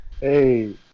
Hey